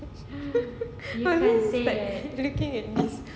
it's just like looking at this